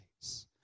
place